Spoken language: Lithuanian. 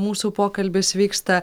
mūsų pokalbis vyksta